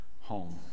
home